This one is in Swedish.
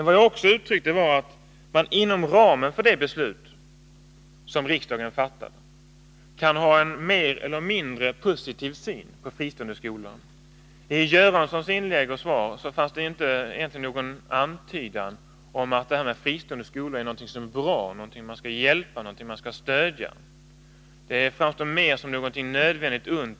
Vad jag också uttryckte var att man inom ramen för de beslut som riksdagen fattar kan ha en mer eller mindre positiv syn på fristående skolor. I statsrådet Göranssons inlägg och svar fanns inte någon antydan om att fristående skolor är någonting som är bra, någonting som man skall stödja och hjälpa. De framstår snarare som någonting nödvändigt ont.